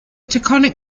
taconic